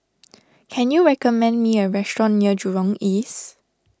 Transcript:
can you recommend me a restaurant near Jurong East